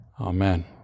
Amen